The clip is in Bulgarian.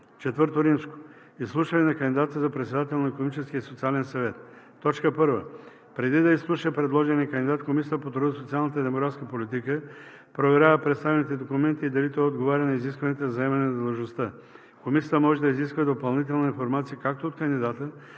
събрание. IV. Изслушване на кандидата за председател на Икономическия и социален съвет. 1. Преди да изслуша предложения кандидат, Комисията по труда, социалната и демографската политика проверява представените документи и дали той отговаря на изискванията за заемане на длъжността. Комисията може да изисква допълнителна информация както от кандидата,